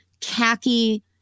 khaki